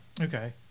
Okay